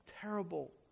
terrible